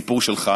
הסיפור שלך